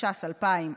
התש"ס 2000,